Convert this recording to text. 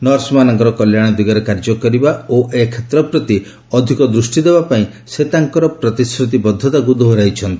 ନର୍ସମାନଙ୍କର କଲ୍ୟାଣ ଦିଗରେ କାର୍ଯ୍ୟ କରିବା ଓ ଏ କ୍ଷେତ୍ର ପ୍ରତି ଅଧିକ ଦୃଷ୍ଟି ଦେବା ପାଇଁ ସେ ତାଙ୍କର ପ୍ରତିଶ୍ରତିବଦ୍ଧତାକୁ ଦୋହରାଇଛନ୍ତି